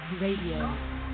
Radio